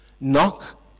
Knock